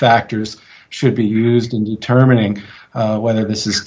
factors should be used in determining whether this is